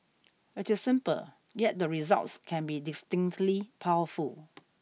it is simple yet the results can be distinctly powerful